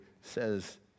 says